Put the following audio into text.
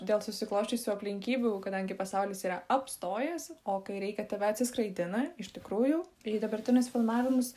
dėl susiklosčiusių aplinkybių kadangi pasaulis yra apstojęs o kai reikia tave atsiskraidina iš tikrųjų į dabartinius filmavimus